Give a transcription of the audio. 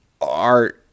art